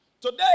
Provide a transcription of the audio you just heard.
Today